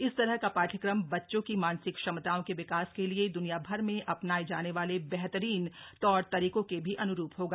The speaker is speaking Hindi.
इस तरह का पाठ्यक्रम बच्चों की मानसिक क्षमताओं के विकास के लिए दुनियाभर में अपनाए जाने वाले बेहतरीन तौर तरीकों के भी अन्रूप होगा